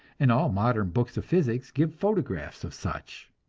and all modern books of physics give photographs of such.